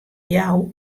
jou